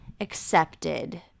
accepted